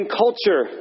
culture